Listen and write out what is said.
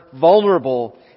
vulnerable